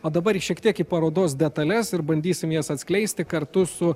o dabar šiek tiek į parodos detales ir bandysim jas atskleisti kartu su